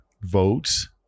votes